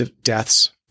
deaths